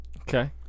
okay